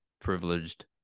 privileged